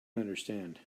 understand